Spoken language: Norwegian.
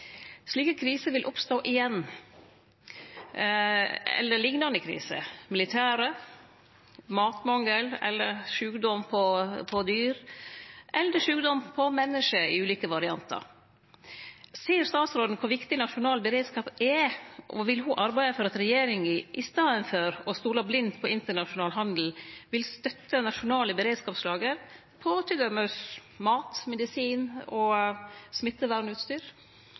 Slike kriser vil oppstå igjen – eller liknande kriser: militære kriser, matmangel, sjukdom på dyr eller sjukdom på menneske i ulike variantar. Ser statsråden kor viktig nasjonal beredskap er, og vil ho arbeide for at regjeringa, i staden for å stole blindt på internasjonal handel, vil støtte nasjonale beredskapslager for t.d. mat, medisinar og